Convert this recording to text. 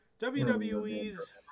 WWE's